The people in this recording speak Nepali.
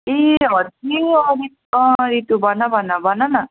ए हजुर त्यो अँ ऋतु भन भन भन न